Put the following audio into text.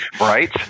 Right